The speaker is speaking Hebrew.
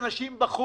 גיא, יש אנשים בחוץ.